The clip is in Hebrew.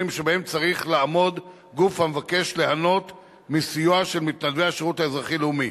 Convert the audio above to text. שבהם צריך לעמוד גוף המבקש ליהנות מסיוע של מתנדבי השירות האזרחי-לאומי.